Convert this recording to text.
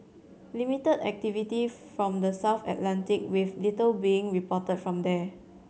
limit activity from the south Atlantic with little being report from here